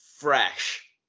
fresh